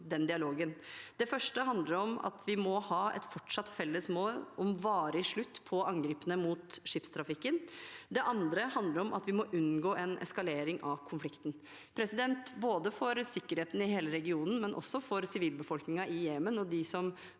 den dialogen. Det første handler om at vi fortsatt må ha et felles mål om varig slutt på angrepene mot skipstrafikken. Det andre handler om at vi må unngå en eskalering av konflikten. For sikkerheten i hele regionen og for sivilbefolkningen i Jemen og de som